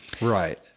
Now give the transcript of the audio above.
Right